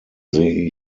sehe